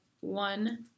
one